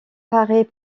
paraît